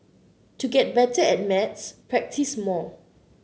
to get better at maths practise more